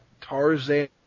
Tarzan